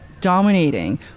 dominating